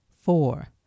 Four